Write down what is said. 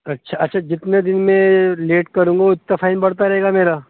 اچھا اچھا جتنے دن میں لیٹ کروں گا اتنا فائن بڑھتا رہے گا میرا